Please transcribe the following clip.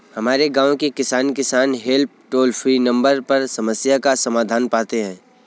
हमारे गांव के किसान, किसान हेल्प टोल फ्री नंबर पर समस्या का समाधान पाते हैं